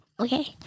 Okay